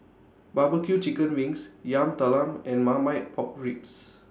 Barbecue Chicken Wings Yam Talam and Marmite Pork Ribs